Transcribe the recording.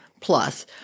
plus